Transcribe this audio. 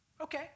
Okay